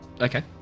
okay